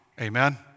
Amen